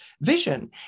vision